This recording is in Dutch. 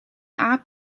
aap